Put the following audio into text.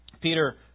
Peter